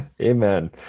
amen